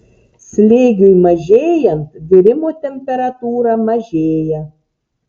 slėgiui mažėjant virimo temperatūra mažėja